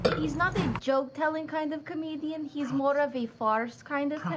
he's not a joke-telling kind of comedian. he's more of a farce kind of